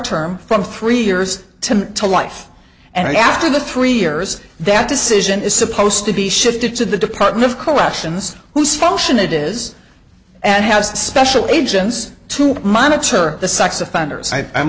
term from three years to to life and after the three years that decision is supposed to be shifted to the department of corrections whose function it is and has special agents to monitor the sex offenders i